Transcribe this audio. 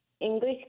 English